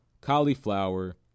cauliflower